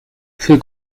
who